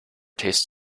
tastes